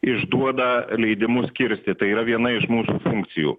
išduoda leidimus kirsti tai yra viena iš mūsų funkcijų